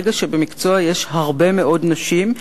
ברגע שבמקצוע יש הרבה מאוד נשים,